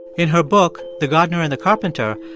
in her book, the gardener and the carpenter,